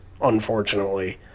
unfortunately